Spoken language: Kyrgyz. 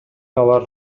алар